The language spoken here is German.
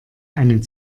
einen